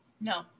No